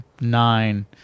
Nine